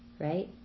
right